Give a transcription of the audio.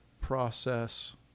process